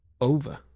over